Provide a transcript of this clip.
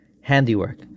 handiwork